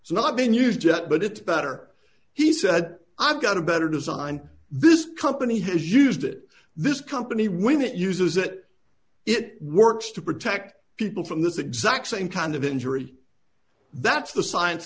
it's not been used yet but it better he said i've got a better design this company has used it this company when it uses it it works to protect people from this exact same kind of injury that's the science